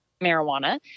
marijuana